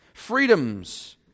Freedoms